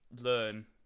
learn